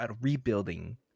rebuilding